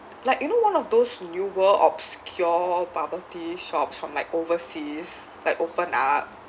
like you know one of those newer obscure bubble tea shops from like overseas like open up